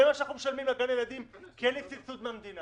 זה מה שאנחנו משלמים לגן הילדים כי אין לי סבסוד מהמדינה.